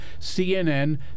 CNN